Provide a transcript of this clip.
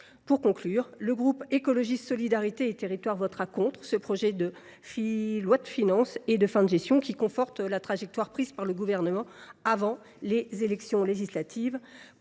des débats ! Le groupe Écologiste – Solidarité et Territoires votera contre ce projet de loi de finances de fin de gestion, qui conforte la trajectoire prise par le Gouvernement avant les élections législatives